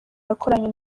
yakoranye